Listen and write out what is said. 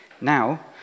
Now